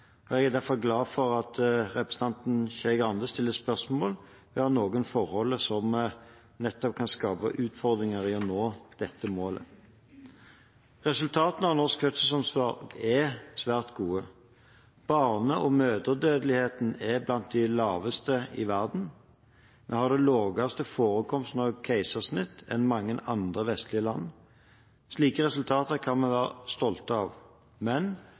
fødselsopplevelse. Jeg er derfor glad for at representanten Skei Grande stiller spørsmål ved noen av forholdene som kan skape utfordringer i å nå dette målet. Resultatene av norsk fødselsomsorg er svært gode. Barne- og mødredødeligheten er blant de laveste i verden. Vi har lavere forekomst av keisersnitt enn mange andre vestlige land. Slike resultater kan vi være stolte av. Men